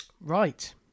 Right